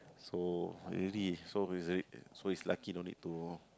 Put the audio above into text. so already solved already so is lucky no need to